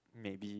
maybe